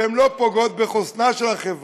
שהן לא יפגעו בחוסנה של החברה.